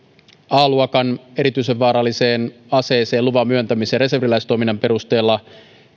a luokan erityisen vaaralliseen aseeseen luvan myöntämisen reserviläistoiminnan perusteella